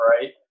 right